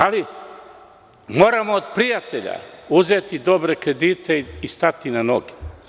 Ali, moramo od prijatelja uzeti dobre kredite i stati na noge.